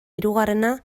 hirugarrena